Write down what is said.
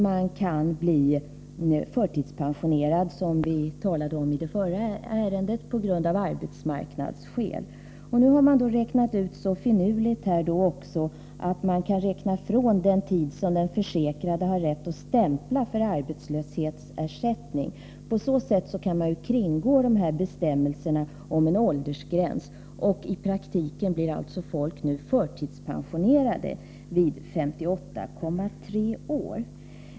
Man kan, som vi talade om i det förra ärendet, bli förtidspensionerad av arbetsmarknadsskäl, och nu är det så finurligt uträknat att den tid kan dras ifrån som den försäkrade har rätt att stämpla för arbetslöshetsersättning. På så sätt kringgås bestämmelserna om en åldersgräns, och i praktiken blir folk nu förtidspensionerade vid 58,3 års ålder.